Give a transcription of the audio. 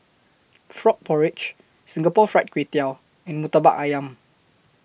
Frog Porridge Singapore Fried Kway Tiao and Murtabak Ayam